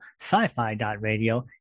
sci-fi.radio